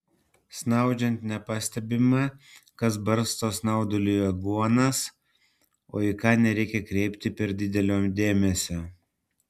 snaudžiant nepastebima kas barsto snauduliui aguonas o į ką nereikia kreipti per didelio dėmesio